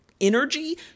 energy